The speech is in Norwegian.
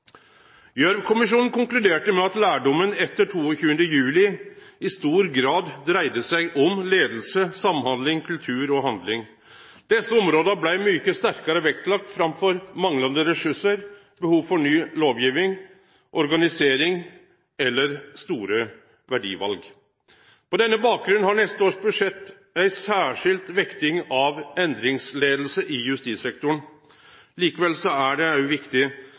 Gjørv-kommisjonen konkluderte med at lærdommen etter 22. juli i stor grad dreidde seg om leiing, samhandling, kultur og handling. Desse områda blei mykje sterkare vektlagde framfor manglande ressursar, behov for ny lovgjeving, organisering eller store verdival. På denne bakgrunnen har neste års budsjett ei særskilt vekting av endringsleiing i justissektoren. Likevel er det òg viktig